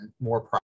more